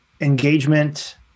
engagement